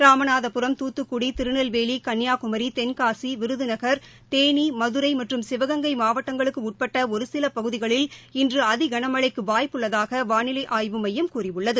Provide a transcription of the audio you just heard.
ராமநாதபுரம் துத்துக்குடி திருநெல்வேலி கன்னியாகுமரி தென்காசி விருதுநகர் தேனி மதுரை மற்றும் சிவகங்கை மாவட்டங்களுக்கு உட்பட்ட ஒரு சில பகுதிகளில் இன்று அதி கனமழைக்கு வாய்ப்பு உள்ளதாக வானிலை ஆய்வு மையம் கூறியுள்ளது